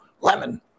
lemon